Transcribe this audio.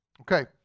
Okay